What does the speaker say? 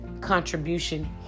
contribution